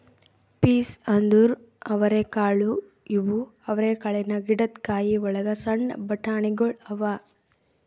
piece ಅಂದುರ್ ಅವರೆಕಾಳು ಇವು ಅವರೆಕಾಳಿನ ಗಿಡದ್ ಕಾಯಿ ಒಳಗ್ ಸಣ್ಣ ಬಟಾಣಿಗೊಳ್ ಅವಾ